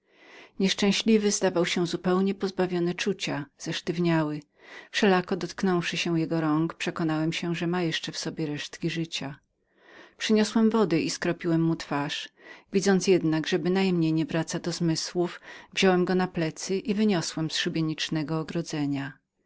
nieszczęśliwy zdawał się zupełnie pozbawionym czucia zesztywniał wszelako dotknąwszy się jego rąk przekonałem się że miał jeszcze w sobie resztki życia przyniosłem wody i skropiłem mu twarz widząc jednak że bynajmniej nie wracał do zmysłów wziąłem go na plecy i wyniosłem z szubienicznego ogrodzenia